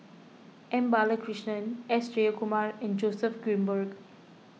M Balakrishnan S Jayakumar and Joseph Grimberg